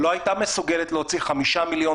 לא הייתה מסוגלת להוציא חמישה מיליון